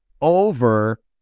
over